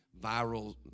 viral